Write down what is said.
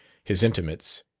his intimates,